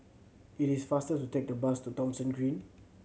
it is faster to take the bus to Thomson Green